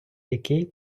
який